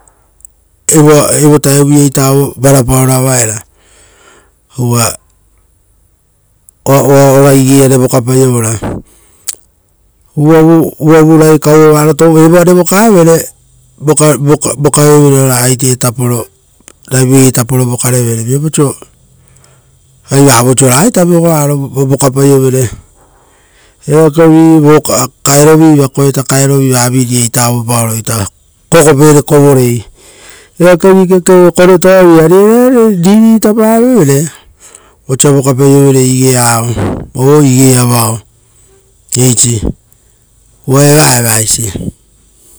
Evoa evo taevuia iata aue varapaoro avaera uva ora igei iare vokapaiovora. Uvavu ragai kauo varo tou, evoare vakavere, vokaiovere uravu ragai kauo varo tou, evoare vokavere, vokaiovere ora aite taporo ra-a vegei taporo vokarevere, viapau oiso ari vaoiso ragaita vegoaro vokapaio vere, eakivi vokaerovi va koeta kaerovi vaviria aue paoro ita kokopere kovorei. Eakevi kekeio koretoavi, ari re riritapa vevere, osa vaka paiovere igei a-oo, o igei ava-ao. Eisi. Uva eva eva eisi.